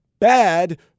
bad